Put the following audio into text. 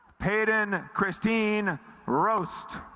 paden christine roast